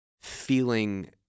feeling